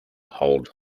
hold